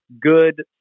good